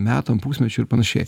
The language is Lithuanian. metam pusmečiui ir panašiai